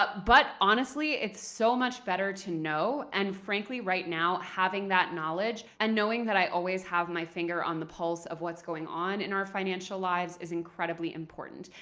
but but honestly, it's so much better to know. and frankly, right now, having that knowledge and knowing that i always have my finger on the pulse of what's going on in our financial lives is incredibly important.